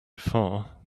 far